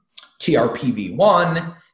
TRPV1